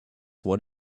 what